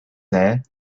there